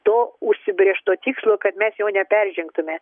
to užsibrėžto tikslo kad mes jo neperžengtume